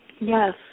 Yes